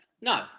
No